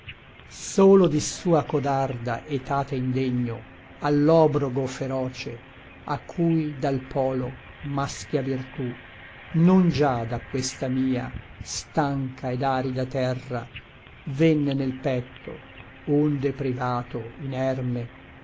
solo solo di sua codarda etate indegno allobrogo feroce a cui dal polo maschia virtù non già da questa mia stanca ed arida terra venne nel petto onde privato inerme